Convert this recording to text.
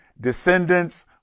descendants